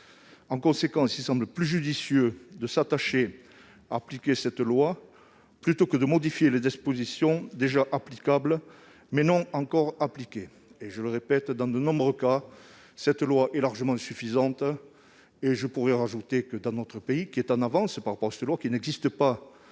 En conséquence, il semble plus judicieux de s'attacher à la faire appliquer plutôt que de modifier les dispositions déjà applicables, mais non encore appliquées. Je le répète, dans de nombreux cas, cette loi est largement suffisante. J'ajoute que, dans notre pays, qui est en avance par rapport à d'autres où rien n'est prévu,